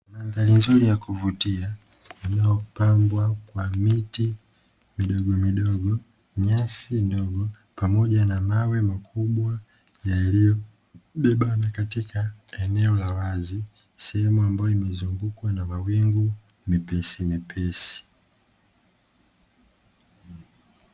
Mandhari nzuri ya kuvutia iliyopangwa kwa miti midogomidogo, nyasi ndogo pamoja na mawe makubwa yaliyobebana katika eneo la wazi. Sehemu ambayo imezungukwa na mawingu mepesimepesi.